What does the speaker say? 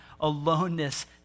aloneness